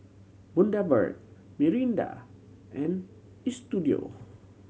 Bundaberg Mirinda and Istudio